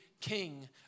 king